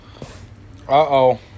Uh-oh